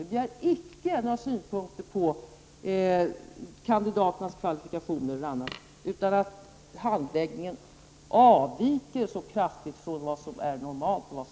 Vi har icke några synpunkter på kandidaternas kvalifikationer, utan på att handläggningen avviker så kraftigt från praxis. Varför tar ni inte ståndpunkt?